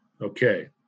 Okay